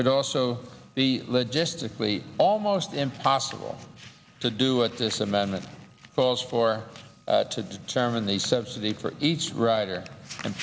would also be logistically almost impossible to do it this amendment calls for to determine the subsidy for each rider and